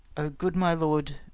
ah, good my lord,